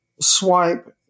swipe